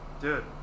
Dude